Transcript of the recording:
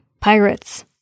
Pirates